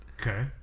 okay